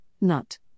nut